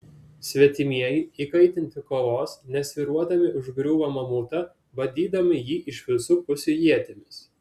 svetimieji įkaitinti kovos nesvyruodami užgriūva mamutą badydami jį iš visų pusių ietimis